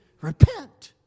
repent